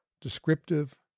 Descriptive